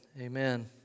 amen